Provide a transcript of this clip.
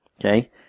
Okay